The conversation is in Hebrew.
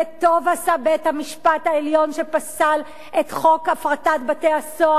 וטוב עשה בית-המשפט העליון שפסל את חוק הפרטת בתי-הסוהר,